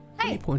Hey